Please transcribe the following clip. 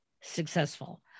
successful